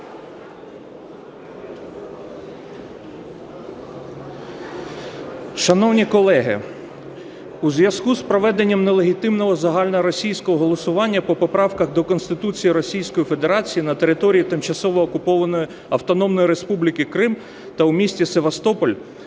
Шановні колеги, у зв'язку з проведенням нелегітимного загальноросійського голосування по поправках до Конституції Російської Федерації на території тимчасово окупованої Автономної Республіки Крим та у місті Севастополь